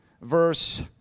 verse